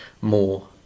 more